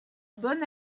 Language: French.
bon